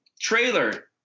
trailer